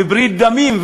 וברית דמים,